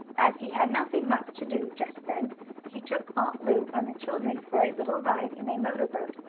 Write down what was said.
as he had nothing much to do just then he took aunt lu and the children for a little ride in a motor boat,